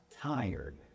tired